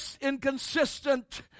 inconsistent